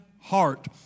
heart